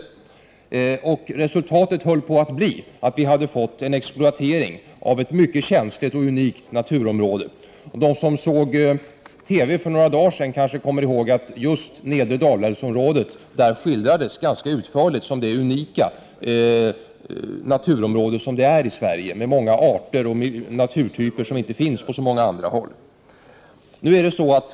31 maj 1989 Resultatet höll på att bli en exploatering av ett mycket känsligt och unikt naturområde. De som såg ett TV-program för några dagar sedan kanske kommer ihåg att just nedre Dalälvsområdet skildrades ganska utförligt som det unika naturområde det är i Sverige, med många arter och naturtyper som inte finns på så många andra håll.